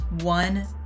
one